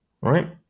right